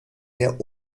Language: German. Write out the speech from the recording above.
der